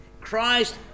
Christ